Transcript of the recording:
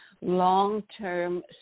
long-term